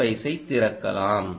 ஸ்பைஸைத் திறக்கலாம்